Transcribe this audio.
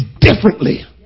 differently